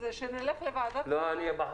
שאלך לשם?